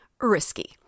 Risky